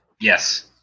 Yes